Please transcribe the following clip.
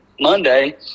Monday